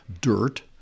dirt